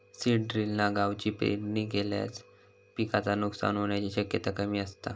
seed ड्रिलना गवाची पेरणी केल्यास पिकाचा नुकसान होण्याची शक्यता कमी असता